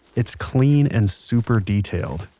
it's clean and super detailed.